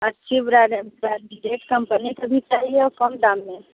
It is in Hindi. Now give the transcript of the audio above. अच्छी बेरा बेराई है रेट करने के भी चाहिए और कम दाम में